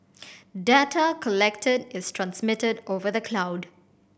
data collected is transmitted over the cloud